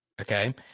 Okay